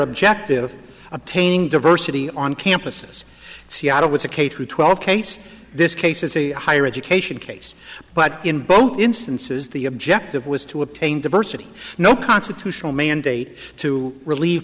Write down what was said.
objective of obtaining diversity on campuses seattle with a k through twelve case this case is a higher education case but in both instances the objective was to obtain diversity no constitutional mandate to relieve